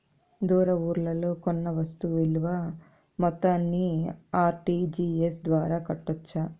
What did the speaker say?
దూర ఊర్లలో కొన్న వస్తు విలువ మొత్తాన్ని ఆర్.టి.జి.ఎస్ ద్వారా కట్టొచ్చా?